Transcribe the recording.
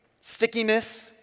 stickiness